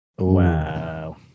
Wow